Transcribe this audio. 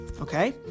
okay